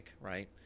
right